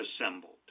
assembled